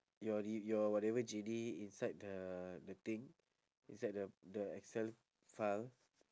your re~ your whatever J_D inside the the thing inside the the excel file